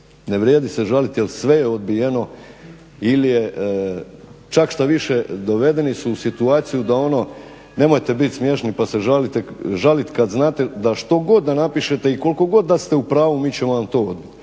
ne vrijedi se žaliti jer sve je odbijeno ili je čak što više dovedeni su u situaciju da ono, nemojte biti smiješni pa se žalit kad znate da što god da napišete i koliko god da ste u pravu, mi ćemo vam to odbiti.